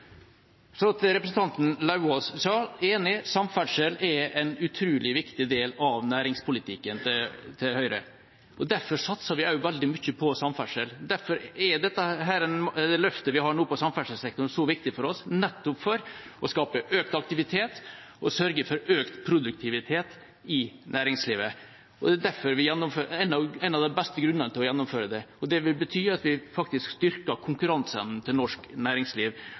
representanten Lauvås sa: Jeg er enig, samferdsel er en utrolig viktig del av næringspolitikken til Høyre. Derfor satser vi også veldig mye på samferdsel, og derfor er dette løftet vi har nå på samferdselssektoren, så viktig for oss, nettopp for å skape økt aktivitet og sørge for økt produktivitet i næringslivet. Det er en av de beste grunnene til å gjennomføre det, og det vil bety at vi faktisk styrker konkurranseevnen til norsk næringsliv.